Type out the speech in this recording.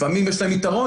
לפעמים יש להם יתרון,